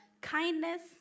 kindness